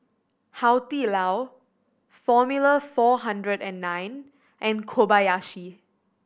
Hai Di Lao Formula Four Hundred And Nine and Kobayashi